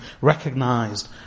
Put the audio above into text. recognized